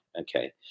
okay